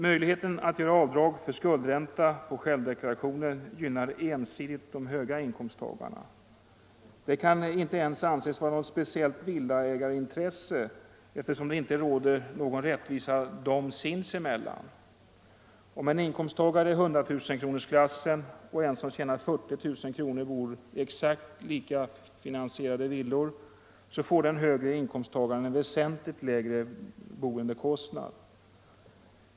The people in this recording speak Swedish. Möjligheten att göra avdrag på självdeklarationen för skuldränta gynnar ensidigt höginkomsttagarna. Detta kan inte ens anses vara något speciellt villaägarintresse, eftersom det inte råder någon rättvisa villaägarna emellan. Om en inkomsttagare i 100 000-kronorsklassen och en som tjänar 40 000 kronor bor i exakt lika finansierade villor, får den högre inkomsttagaren en väsentligt lägre boendekostnad.